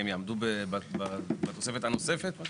הם יעמדו בתוספת הנוספת?